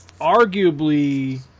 arguably